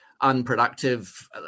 unproductive